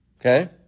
Okay